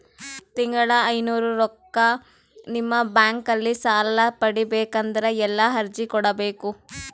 ತಿಂಗಳ ಐನೂರು ರೊಕ್ಕ ನಿಮ್ಮ ಬ್ಯಾಂಕ್ ಅಲ್ಲಿ ಸಾಲ ಪಡಿಬೇಕಂದರ ಎಲ್ಲ ಅರ್ಜಿ ಕೊಡಬೇಕು?